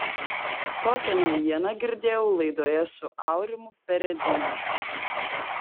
tokią naujieną girdėjau laidoje su aurimu peredniu